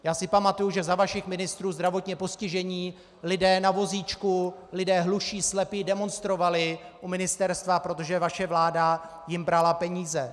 Já si pamatuji, že za vašich ministrů zdravotně postižení lidé na vozíčku, lidé hluší, slepí demonstrovali u ministerstva, protože vaše vláda jim brala peníze.